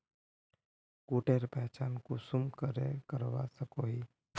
कीटेर पहचान कुंसम करे करवा सको ही?